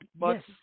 Yes